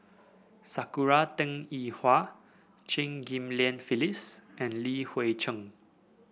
Sakura Teng Ying Hua Chew Ghim Lian Phyllis and Li Hui Cheng